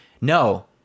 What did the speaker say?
no